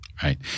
Right